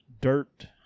dirt